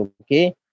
okay